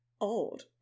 old